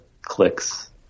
clicks